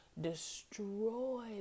destroy